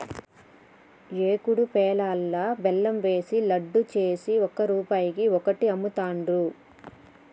ఏకుడు పేలాలల్లా బెల్లం ఏషి లడ్డు చేసి ఒక్క రూపాయికి ఒక్కటి అమ్ముతాండ్రు